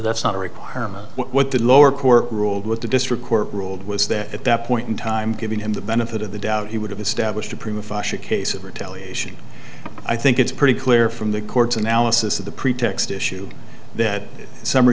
that's not a requirement what the lower court ruled with the district court ruled was that at that point in time giving him the benefit of the doubt he would have established a prima facia case of retaliation i think it's pretty clear from the court's analysis of the pretext issue that summ